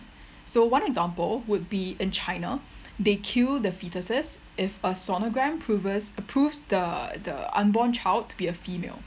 so one example would be in China they kill the fetuses if a sonogram proves proves the the unborn child to be a female